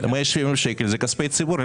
170,000 שקלים זה כספי ציבור,